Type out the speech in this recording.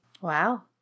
Wow